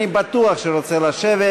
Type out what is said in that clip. אני בטוח שרוצה לשבת.